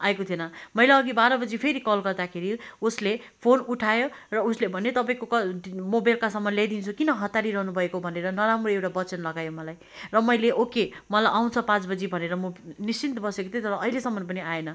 आएको थिएन मैले अघि बाह्र बजी फेरि कल गर्दाखेरि उसले फोन उठायो र उसले भन्यो तपाईँको म बेलुकासम्म ल्याइदिन्छु किन हतारिरहनु भएको भनेर नराम्रो एउटा वचन लगायो मलाई र मैले ओके मलाई आउँछ पाँच बजी भनेर म निश्चिन्त बसेको थिएँ तर अहिलेसम्म पनि आएन